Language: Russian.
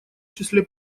числе